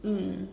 mm